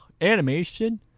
Animation